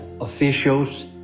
officials